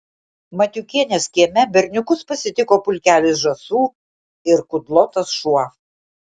matiukienės kieme berniukus pasitiko pulkelis žąsų ir kudlotas šuo